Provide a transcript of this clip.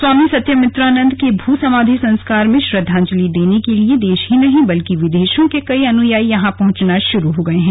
स्वामी सत्यमित्रानंद के भू समाधि संस्कार में श्रद्वांजलि देने के लिए देश ही नहीं बल्कि विदेशों के कई अनुयायी यहां पहुंचना शुरू हो गए हैं